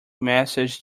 messages